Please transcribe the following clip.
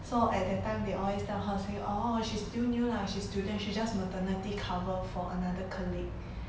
so at that time they always tell her said orh she's still new lah she's student she just maternity cover for another colleague